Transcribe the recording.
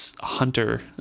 hunter